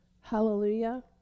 Hallelujah